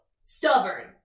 stubborn